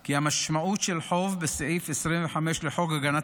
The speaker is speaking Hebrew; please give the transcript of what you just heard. כי המשמעות של חוב בסעיף 25 לחוק הגנת